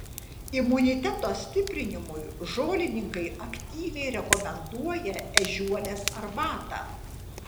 imuniteto stiprinimui žolininkai aktyviai rekomenduoja ežiuolės arbatą